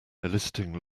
eliciting